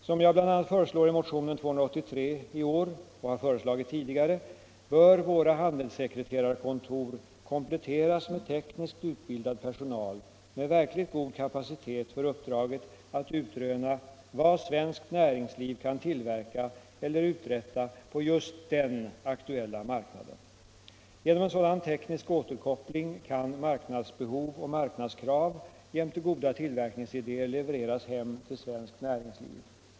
Som jag bl.a. föreslår i motionen 283 i år och har föreslagit tidigare bör våra handelssekreterarkontor kompletteras med tekniskt utbildad personal som har verkligt god kapacitet för uppdraget att utröna vad svenskt näringsliv kan tillverka eller uträtta på just den aktuella marknaden. Genom en sådan teknisk återkoppling kan marknadsbehov och marknadskrav jämte goda tillverkningsidéer levereras hem till svenskt näringsliv.